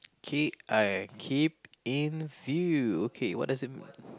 keep I keep in view okay what does it